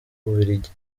bubiligi